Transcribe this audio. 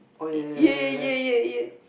e~ yeah yeah yeah yeah yeah